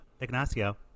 ignacio